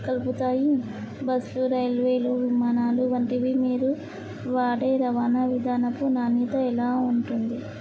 కలుగుతాయి బస్సు రైల్వేలు విమానాలు వంటివి మీరు వాడే రవాణా విధానపు నాణ్యత ఎలా ఉంటుంది